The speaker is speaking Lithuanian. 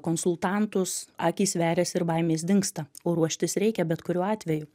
konsultantus akys veriasi ir baimės dingsta o ruoštis reikia bet kuriuo atveju